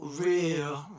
real